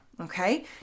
Okay